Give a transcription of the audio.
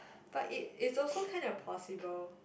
but it is also kind of possible